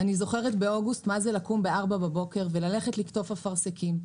אני זוכרת באוגוסט מה זה לקום בארבע בבוקר וללכת לקטוף אפרסקים,